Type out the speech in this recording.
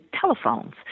telephones